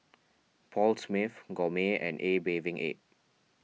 Paul Smith Gourmet and A Bathing Ape